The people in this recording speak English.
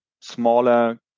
smaller